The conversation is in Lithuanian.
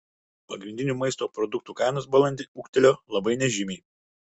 pagrindinių maisto produktų kainos balandį ūgtelėjo labai nežymiai